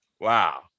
wow